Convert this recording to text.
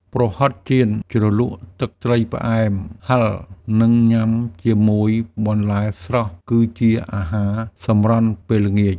ប្រហិតចៀនជ្រលក់ទឹកត្រីផ្អែមហិរ និងញ៉ាំជាមួយបន្លែស្រស់ គឺជាអាហារសម្រន់ពេលល្ងាច។